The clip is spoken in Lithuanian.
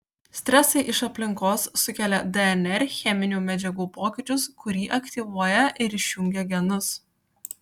stresai iš aplinkos sukelia dnr cheminių medžiagų pokyčius kurie aktyvuoja ir išjungia genus